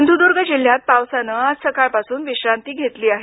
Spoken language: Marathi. सिंधुदुर्ग जिल्ह्यात पावसानं आज सकाळपासून विश्रांती घेतली आहे